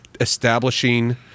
establishing –